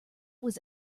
was